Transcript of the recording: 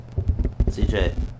CJ